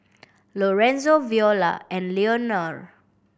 Lorenzo Viola and Leonor